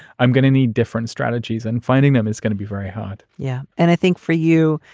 i'm going to need different strategies and finding them is gonna be very hard yeah, and i think for you,